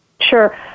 Sure